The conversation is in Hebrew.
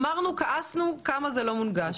אמרנו וכעסנו על כך שזה לא מונגש.